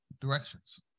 directions